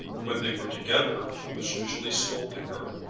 when they were together he was usually scolding her,